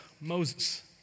Moses